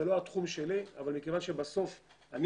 זה לא התחום שלי אבל מכיוון שבסוף אני